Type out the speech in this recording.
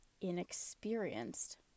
inexperienced